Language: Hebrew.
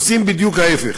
עושים בדיוק ההפך.